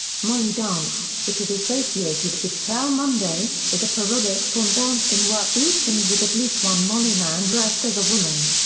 molly dance, which is associated with plough monday, is a parodic form danced in work boots and with at least one molly man dressed as a woman.